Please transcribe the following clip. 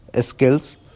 skills